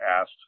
asked